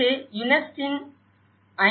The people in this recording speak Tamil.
இது UNESD ஐ